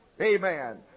Amen